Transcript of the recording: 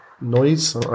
noise